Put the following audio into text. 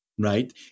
right